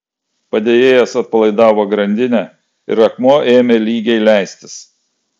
padėjėjas atpalaidavo grandinę ir akmuo ėmė lygiai leistis